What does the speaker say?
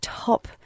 top